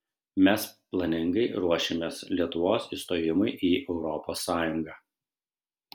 mes planingai ruošėmės lietuvos įstojimui į europos sąjungą